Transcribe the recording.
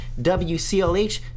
WCLH